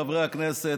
חברי הכנסת,